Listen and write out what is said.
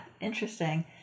interesting